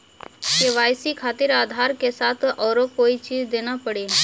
KYC खातिर आधार के साथ औरों कोई चीज देना पड़ी?